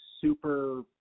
Super